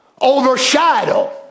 overshadow